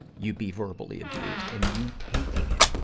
you be verbally abused and you taking it.